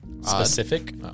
specific